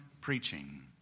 preaching